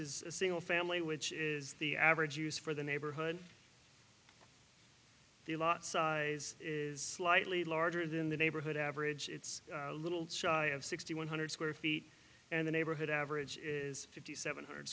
is single family which is the average use for the neighborhood the lot size is slightly larger than the neighborhood average it's a little shy of sixty one hundred square feet and the neighborhood average is fifty seven hundred